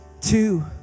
two